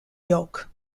yolk